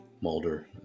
Mulder